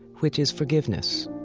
which is forgiveness.